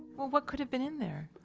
well, what could have been in there?